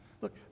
Look